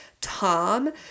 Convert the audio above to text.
Tom